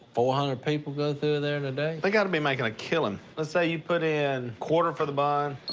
four hundred people go through there in a day? they gotta be making a killing. let's say you put in a quarter for the bun.